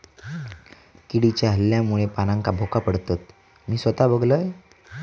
किडीच्या हल्ल्यामुळे पानांका भोका पडतत, मी स्वता बघलंय